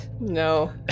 no